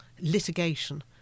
litigation